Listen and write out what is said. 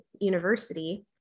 University